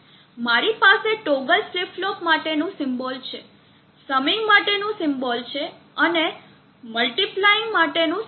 મારી પાસે toggle flip flop માટેનું સિમ્બોલ છે સમીંગ માટેનું સિમ્બોલ છે અને મ્લ્તીપ્લાઈગ માટેનું સિમ્બોલ છે